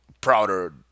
prouder